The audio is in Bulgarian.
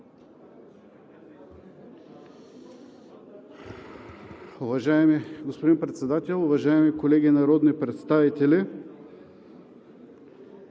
Уважаеми господин Председател, уважаеми народни представители,